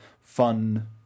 fun